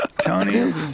Tony